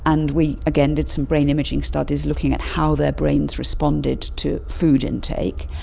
and we again did some brain imaging studies looking at how their brains responded to food intake.